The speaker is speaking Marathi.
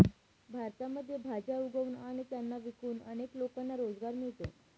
भारतामध्ये भाज्या उगवून आणि त्यांना विकून अनेक लोकांना रोजगार मिळतो